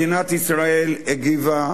מדינת ישראל הגיבה